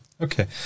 Okay